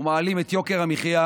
ומעלים את יוקר המחיה.